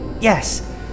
Yes